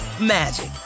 magic